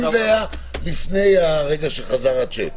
לפני רגע חזרת השיק,